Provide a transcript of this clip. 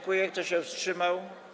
Kto się wstrzymał?